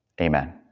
Amen